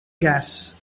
gas